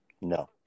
No